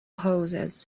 hoses